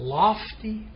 lofty